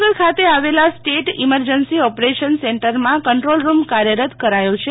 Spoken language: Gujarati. ગાંધીનગર ખાતે આવેલા સ્ટેટ ઇમરજન્સી ઓપરેશન સેન્ટરમાં કંટ્રોલ રૂમ કાર્યરત કરાયો છે